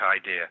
idea